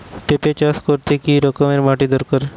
পেঁপে চাষ করতে কি রকম মাটির দরকার?